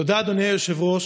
תודה, אדוני היושב-ראש.